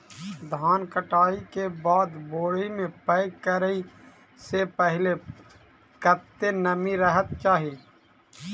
धान कटाई केँ बाद बोरी मे पैक करऽ सँ पहिने कत्ते नमी रहक चाहि?